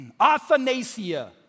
Athanasia